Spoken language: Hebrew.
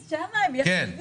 כן, בבקשה.